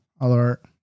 alert